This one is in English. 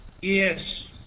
Yes